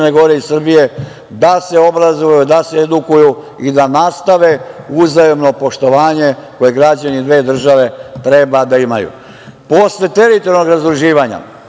Gore i Srbije da se obrazuju, da se edukuju i da nastave uzajamno poštovanje koje građani dve države treba da imaju. Posle teritorijalnog razdruživanja,